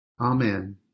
Amen